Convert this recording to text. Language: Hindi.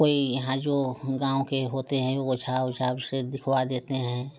कोई यहाँ जो गाँव के होते हैं ओझा वोझा उससे दिखवा देते हैं